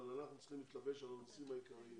אבל אנחנו צריכים להתלבש על הנושאים העיקריים,